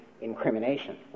incrimination